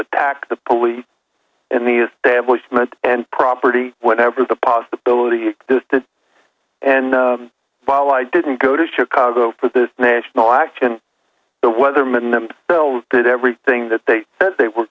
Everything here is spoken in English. attack the police and the establishment and property whenever the possibility existed and while i didn't go to chicago for this national action the weathermen them did everything that they said they were